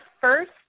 first